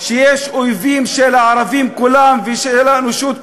שיש אויבים של הערבים כולם ושל האנושות כולה,